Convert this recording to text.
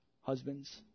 husbands